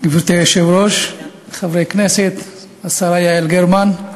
גברתי היושבת-ראש, חברי הכנסת, השרה יעל גרמן,